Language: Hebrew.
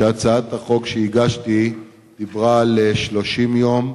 שהצעת החוק שהגשתי דיברה על 30 יום.